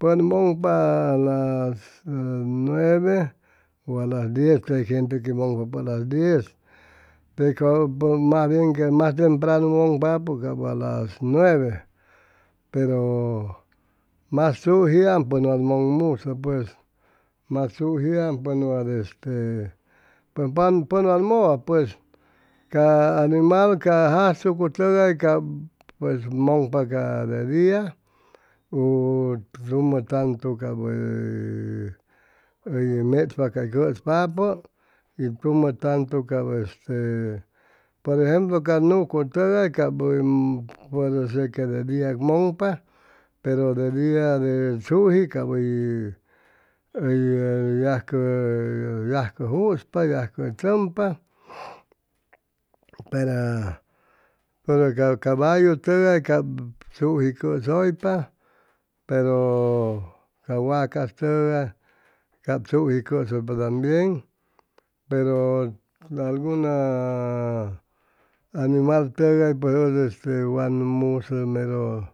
Pʉn mʉŋpa las nueve o a las diez tec gente que mʉŋpa a las diez tec mas bien ca mas tempranu mʉŋpapʉ cap a las nueve pero mas tzujiam pʉn wa mʉŋmusʉ pues mas tzujiam pʉn este pʉn wa mʉwa pues ca animal ca jazchucu tʉgay cap pues mʉŋpa ca de dia u tumʉ tantu cap hʉy machpa cay cʉspapʉ y tumʉ tantu cap este por ejemplo ca nucu tʉgay cap puede ser que de dia mʉŋpa pero de dia tzuji cap hʉy hʉy yajcʉ yajcʉ juspa yajcʉ tzʉmpa ora ca caballu t}ʉgay tzuji cʉsʉypa pero ca wacas tʉgay cap tzuji cʉsʉypa tambien pero alguna animal tʉgay pues ʉd este wan musʉ mero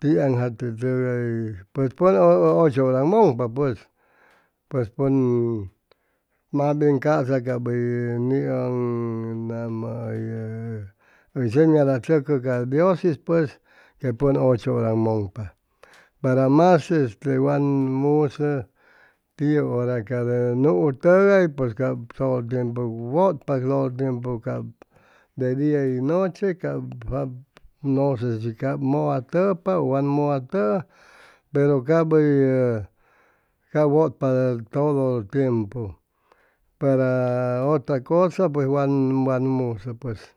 tianjate tʉgay pues pʉn ocho hora mʉŋpa pues pues pʉn mas bien ca'sa cap hʉy niʉn nama hʉy señalachʉcʉ ca dios'is pues pʉn ocho hora mʉŋpa para mas este wan musʉ tiʉ hora ca nuu tʉgay pues todo el tiempu wʉypa todo el tiempu cap de dia y de noche cap nʉse shi cap mʉwatʉpoa u wat mʉwatʉʉ pero cap hʉy cap wʉtpa todpo el tiempu para otra cosa pues wan wan musʉ pues